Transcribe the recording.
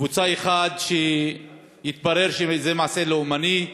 קבוצה אחת, שאם יתברר שזה מעשה לאומני,